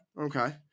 Okay